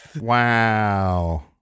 Wow